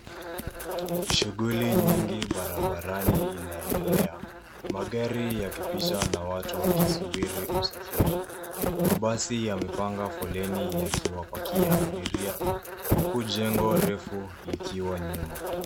Shughuli nyingi barabarani inaendelea magari yakipita na watu wakisubiri usafiri. Mabasi yamepanga foleni yakiwapakia abiria huku jengo refu likiwa nyuma.